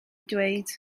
dweud